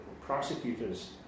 prosecutor's